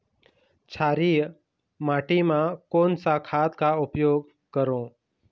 क्षारीय माटी मा कोन सा खाद का उपयोग करों?